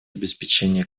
обеспечения